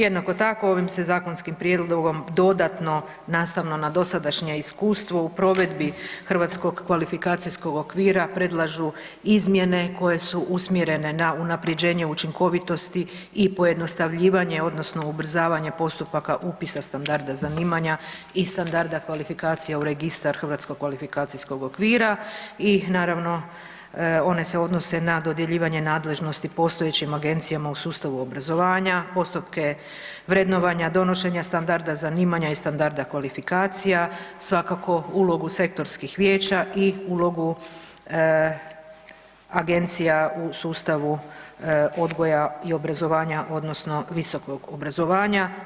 Jednako tako ovim se zakonskim prijedlogom dodatno nastavno na dosadašnje iskustvo u provedbi Hrvatskog kvalifikacijskog okvira predlažu izmjene koje su usmjerene na unaprjeđenje učinkovitosti i pojednostavljivanje odnosno ubrzavanje postupaka upisa standarda zanimanja i standarda kvalifikacija u registar Hrvatskog kvalifikacijskog okvira i naravno one se odnose na dodjeljivanje nadležnosti postojećim agencijama u sustavu obrazovanja, postupke vrednovanja, donošenja standarda zanimanja i standarda kvalifikacija, svako ulogu sektorskih vijeća i ulogu agencija u sustavu odgoja i obrazovanja odnosno visokog obrazovanja.